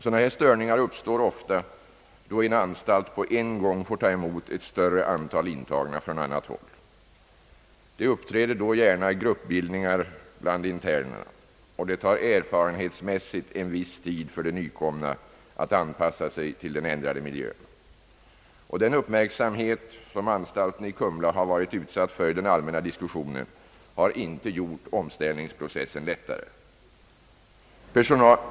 Sådana störningar uppstår ofta, då en anstalt på en gång får ta emot ett större antal intagna från annat håll. Det uppträder då gärna gruppbildningar bland internerna, och det tar erfarenhetsmässigt viss tid för de nykomna att anpassa sig till den ändrade miljön. Den uppmärksamhet som anstalten i Kumla har varit utsatt för i den allmänna diskussionen har inte gjort omställningsprocessen lättare.